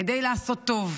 כדי לעשות טוב.